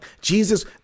Jesus